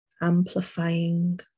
amplifying